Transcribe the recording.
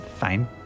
fine